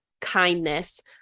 kindness